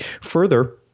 Further